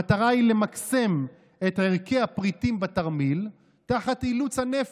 המטרה היא למקסם את ערכי הפריטים בתרמיל תחת אילוץ הנפח,